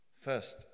First